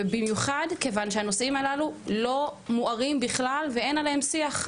ובמיוחד כיוון שהנושאים הללו לא מוארים בכלל ואין עליהם שיח,